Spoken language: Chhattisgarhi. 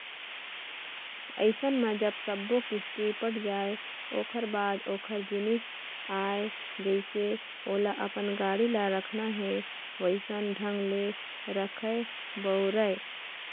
अइसन म जब सब्बो किस्ती पट जाय ओखर बाद ओखर जिनिस आय जइसे ओला अपन गाड़ी ल रखना हे वइसन ढंग ले रखय, बउरय